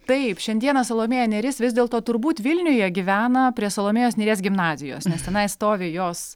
taip šiandieną salomėja nėris vis dėlto turbūt vilniuje gyvena prie salomėjos nėries gimnazijos nes tenai stovi jos